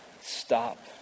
stop